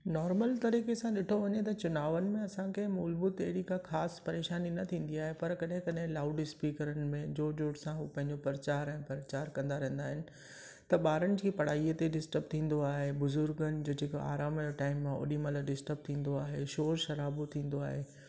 normal तरीक़े सां ॾिठो वञे त चुनावनि में असांखे मूल भूत अहिड़ी का ख़ासि परेशानी न थींदी आहे पर कॾहिं कॾहिं लाउडस्पीकरनि में जोर जोर सां हो पहिंजो प्रचार ऐं प्रचार कंदा रहंदा आहिनि त ॿारनि जी पढ़ाईअ ते डिस्टर्ब थींदो आहे बुजुर्गनि जो जेका आराम जो टाइम आहे ओॾीमहिल डिस्टर्ब थींदो आहे शोर शराबो थींदो आहे